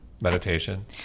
meditation